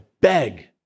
beg